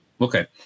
Okay